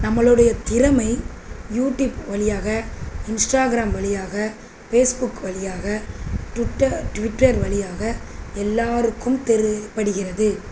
நம்மளுடைய திறமை யூடியூப் வழியாக இன்ஸ்ட்டாக்ராம் வழியாக ஃபேஸ்புக் வழியாக ட்விட்ட ட்விட்டர் வழியாக எல்லோருக்கும் தெரியப்படுகிறது